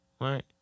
Right